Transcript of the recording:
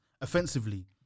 offensively